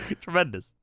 Tremendous